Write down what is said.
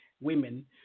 women